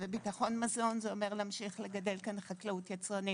ביטחון מזון זה אומר להמשיך לגדל כאן חקלאות יצרנית,